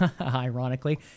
ironically